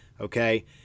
okay